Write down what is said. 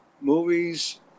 movies